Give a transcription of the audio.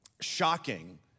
shocking